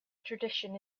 tradition